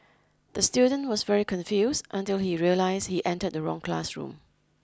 the student was very confused until he realise he entered the wrong classroom